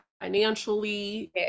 financially